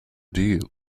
deal